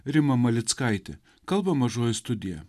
rima malickaitė kalba mažoji studija